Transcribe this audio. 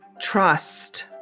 trust